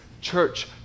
church